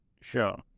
Sure